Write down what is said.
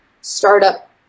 startup